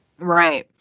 Right